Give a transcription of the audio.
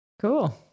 cool